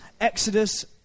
Exodus